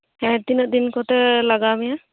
ᱦᱮᱸ ᱛᱤᱱᱟᱹᱜ ᱫᱤᱱ ᱠᱚᱛᱮ ᱞᱟᱜᱟᱣ ᱢᱮᱭᱟ